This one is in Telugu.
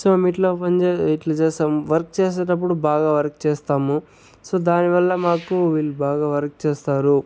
సో ఇట్లా ఇట్లా చేస్తాం వర్క్ చేసేటప్పుడు బాగా వర్క్ చేస్తాము సో దానివల్ల మాకు వీళ్ళు బాగా వర్క్ చేస్తారు